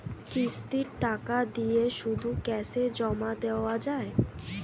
কিস্তির টাকা দিয়ে শুধু ক্যাসে জমা দেওয়া যায়?